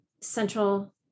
central